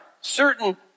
certain